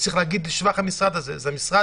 צריך להגיד לשבח המשרד הזה שזה המשרד